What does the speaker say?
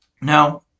now